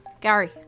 Gary